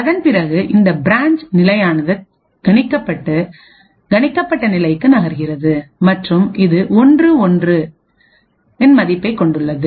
அதன் பிறகு இந்த பிரான்ச் நிலையானது கணிக்கப்பட்ட நிலைக்கு நகர்கிறது மற்றும் இது 11 இன் மதிப்பைக் கொண்டுள்ளது